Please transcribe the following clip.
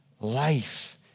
life